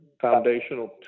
foundational